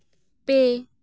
ᱯᱮ